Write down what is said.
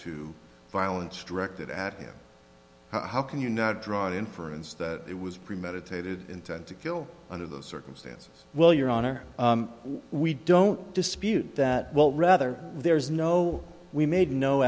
to violence directed at him how can you not draw an inference that it was premeditated intent to kill under the circumstances well your honor we don't dispute that well rather there is no we made no